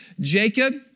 Jacob